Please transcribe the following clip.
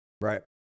Right